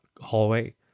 hallway